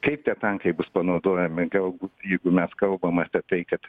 kaip tie tankai bus panaudojami galbūt jeigu mes kalbam apie tai kad